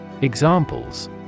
Examples